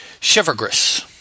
Shivergris